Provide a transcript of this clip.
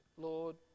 lord